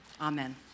Amen